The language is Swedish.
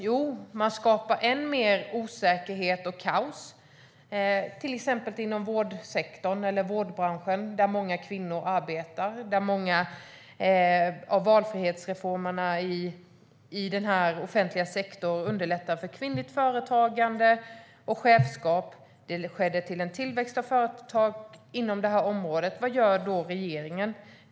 Jo, man skapar ännu mer osäkerhet och kaos, till exempel inom vårdsektorn eller vårdbranschen, där många kvinnor arbetar och där många av valfrihetsreformerna i den offentliga sektorn underlättar för kvinnligt företagande och chefskap. Det har skett en tillväxt av företag inom det här området. Vad gör regeringen?